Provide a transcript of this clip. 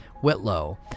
whitlow